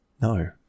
no